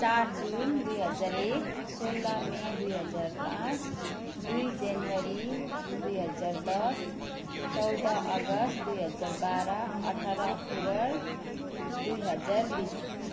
चार जुन दुई हजार एक सोह्र मे दुई हजार पाँच दुई जनवरी दुई हजार दस चौध अगस्त दुई हजार बाह्र अठार अक्टोबर दुई हजार बिस